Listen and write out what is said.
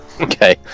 Okay